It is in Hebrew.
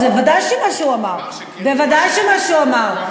זה לא מה שהוא אמר, ודאי שזה מה שהוא אמר.